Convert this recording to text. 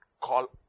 call